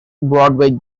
broadway